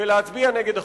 ולהצביע נגד החוק.